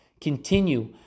continue